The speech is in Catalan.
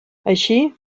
així